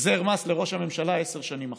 החזר מס לראש הממשלה עשר שנים אחורה.